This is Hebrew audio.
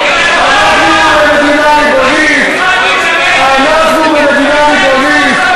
אנחנו מדינה ריבונית, אנחנו מדינה ריבונית,